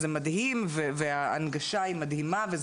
זה מדהים, וההנגשה היא מדהימה.